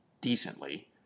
decently